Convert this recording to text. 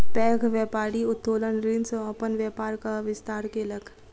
पैघ व्यापारी उत्तोलन ऋण सॅ अपन व्यापारक विस्तार केलक